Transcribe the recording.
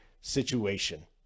situation